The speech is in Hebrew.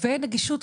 ונגישות,